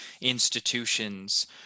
institutions